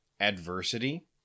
adversity